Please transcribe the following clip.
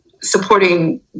supporting